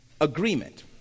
agreement